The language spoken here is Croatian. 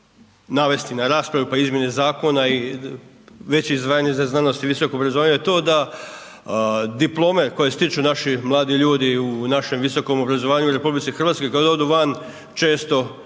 na raspravu, pa izmjene zakona i veće izdvajanje za znanost i visoko obrazovanje je to da diplome koje stiču naši mladi ljudi u našem visokom obrazovanju u RH kad odu van često